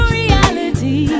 reality